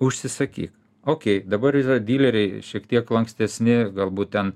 užsisakyk okei dabar yra dileriai šiek tiek lankstesni galbūt ten